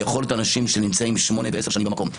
זה יכול להיות אנשים שנמצאים שמונה ועשר שנים במקום,